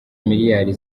miliyari